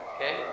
Okay